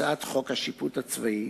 הצעת חוק השיפוט הצבאי